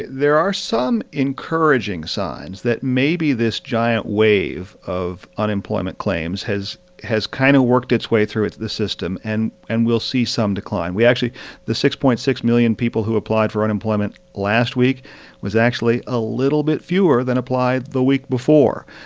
there are some encouraging signs that maybe this giant wave of unemployment claims has has kind of worked its way through the system. and and we'll see some decline. we actually the six point six million people who applied for unemployment last week was actually a little bit fewer than applied the week before.